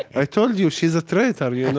i told you, she's a traitor, you